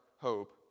hope